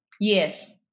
Yes